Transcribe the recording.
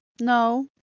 No